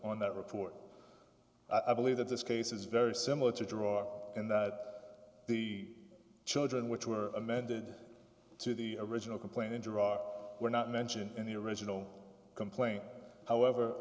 on that report i believe that this case is very similar to draw in that the children which were amended to the original complaint into rock were not mentioned in the original complaint however